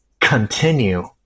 continue